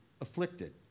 afflicted